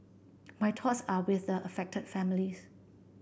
my thoughts are with the affected families